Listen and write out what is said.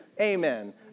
Amen